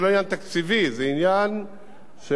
זה עניין שהוועדה המחוזית,